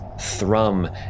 thrum